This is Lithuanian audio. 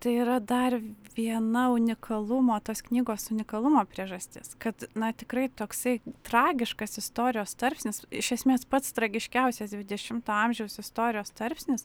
tai yra dar viena unikalumo tos knygos unikalumo priežastis kad na tikrai toksai tragiškas istorijos tarpsnis iš esmės pats tragiškiausias dvidešimto amžiaus istorijos tarpsnis